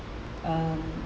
um